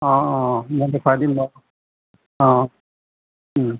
অ অ মই দেখুৱাই দিম বাৰু অ